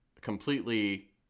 completely